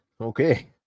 okay